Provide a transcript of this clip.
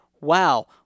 wow